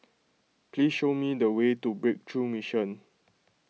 please show me the way to Breakthrough Mission